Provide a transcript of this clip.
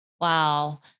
Wow